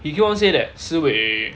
he keep on say that siwei